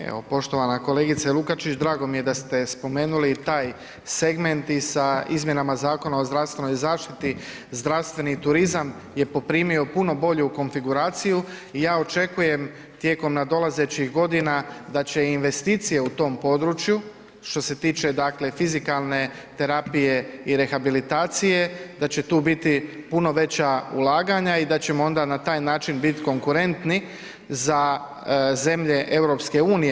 Evo, poštovana kolegice Lukačić drago mi je da ste spomenuli i taj segment i sa izmjenama Zakona o zdravstvenoj zaštiti zdravstveni turizam je poprimio puno bolju konfiguraciju i ja očekujem tijekom nadolazećih godina da će i investicije u tom području što se tiče dakle fizikalne terapije i rehabilitacije da će tu biti puno veća ulaganja i da ćemo onda na taj način bit konkurentni za zemlje EU.